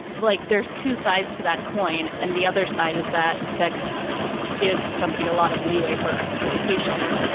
like, there's two sides to that coin and the other side is that that gives somebody a lot of leeway for exploitation.